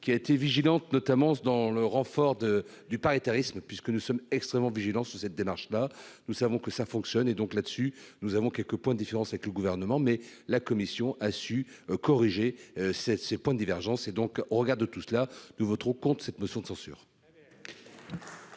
qui a été vigilante, notamment dans le renfort de du paritarisme puisque nous sommes extrêmement vigilants sur cette démarche-là, nous savons que ça fonctionne, et donc là dessus, nous avons quelques points différence que le gouvernement, mais la commission a su corriger cette ces points divergence et donc, au regard de tout cela, nous voterons compte cette motion de censure.